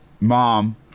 mom